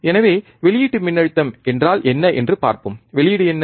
எனவே வெளியீட்டு மின்னழுத்தம் என்றால் என்ன என்று பார்ப்போம் வெளியீடு என்ன